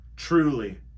Truly